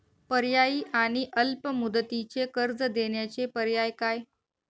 पर्यायी आणि अल्प मुदतीचे कर्ज देण्याचे पर्याय काय?